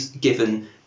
given